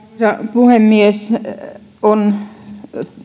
puhemies on